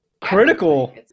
Critical